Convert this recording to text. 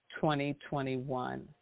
2021